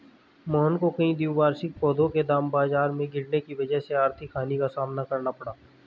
मोहन को कई द्विवार्षिक पौधों के दाम बाजार में गिरने की वजह से आर्थिक हानि का सामना करना पड़ा